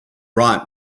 right